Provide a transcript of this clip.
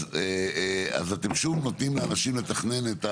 אז אתם שוב נותנים לאנשים לתכנן.